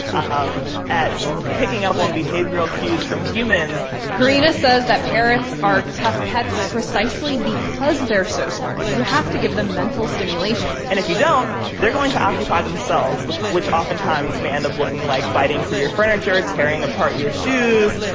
um at picking up on behavioral cues from humans corina says that parrots are tough pets precisely because they're so smart. you have to give them mental stimulation and if you don't, they're going to occupy themselves, which oftentimes may end up looking like biting through your furniture, tearing apart your shoes,